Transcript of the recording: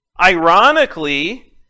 Ironically